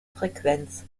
frequenz